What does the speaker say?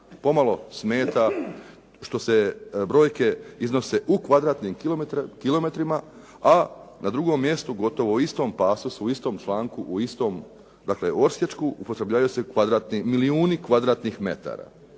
pomalo smeta što se brojke iznose u kvadratnim kilometrima a na drugom mjestu gotovo u istom pasosu, u istom članku, u istom odsječku upotrebljavaju se milijuni kvadratnih metara.